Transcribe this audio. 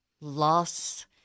loss